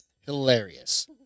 hilarious